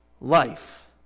life